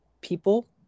people